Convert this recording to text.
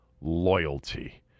loyalty